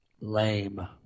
Lame